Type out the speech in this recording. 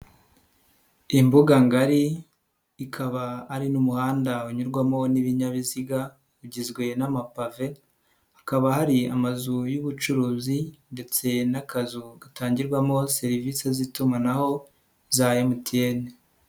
Imbuganga ngari ikaba ari n'umuhanda unyurwamo n'ibinyabiziga ugizwe n'amapave, hakaba hari amazu y'ubucuruzi ndetse n'akazu gatangirwamo serivisi z'itumanaho za MTN.